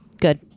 Good